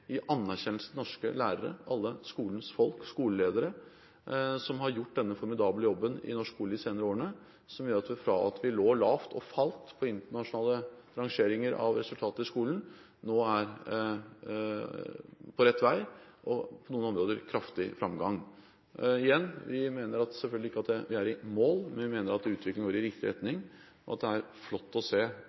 alle skolens folk – norske lærere, skoleledere – som har gjort denne formidable jobben i norsk skole de senere årene, som har gjort at vi fra å ligge lavt og falle på internasjonale rangeringer av resultater i skolen, nå er på rett vei og, på noen områder, i kraftig framgang. Igjen: Vi mener selvfølgelig ikke at vi er i mål, men vi mener utviklingen går i riktig retning. Det er flott å se